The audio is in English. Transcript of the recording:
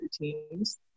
teams